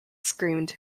screened